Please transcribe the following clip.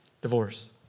Divorce